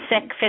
sick